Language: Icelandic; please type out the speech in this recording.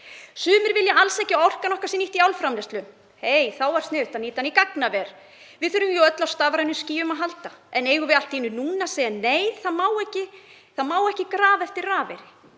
Sumir vilja alls ekki að orkan okkar sé nýtt í álframleiðslu. Þá væri sniðugt að nýta hana í gagnaver, við þurfum jú öll á stafrænum skýjum að halda. En eigum við allt í einu núna að segja: Nei, það má ekki grafa eftir rafeyri.